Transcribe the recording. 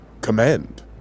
command